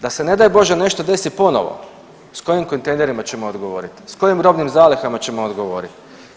Da se ne daj bože nešto desi ponovo, sa kojim kontejnerima ćemo odgovoriti, sa kojim robnim zalihama ćemo odgovoriti.